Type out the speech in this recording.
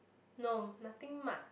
no nothing much